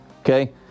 Okay